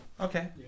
Okay